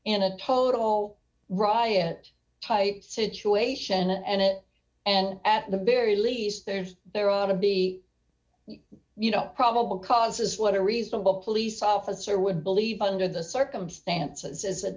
in a total riot type situation and it and at the very least there's there ought to be you know probable cause is what a reasonable police officer would believe under the circumstances